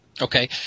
Okay